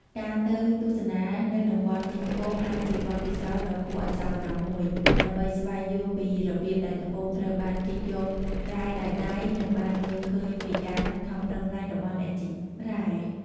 ការទៅទស្សនានៅតំបន់ជីកត្បូងអាចជាបទពិសោធន៍ដ៏គួរឱ្យចាប់អារម្មណ៍មួយ ដើម្បីស្វែងយល់ពីរបៀបដែលត្បូងត្រូវបានជីកយករ៉ែដោយដៃ និងបានមើលឃើញពីការខិតខំប្រឹងប្រែងរបស់អ្នកជីករ៉ែ។